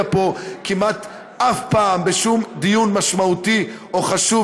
פה כמעט אף פעם בשום דיון משמעותי או חשוב,